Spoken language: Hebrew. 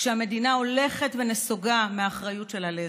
כשהמדינה הולכת ונסוגה מהאחריות שלה לאזרחיה?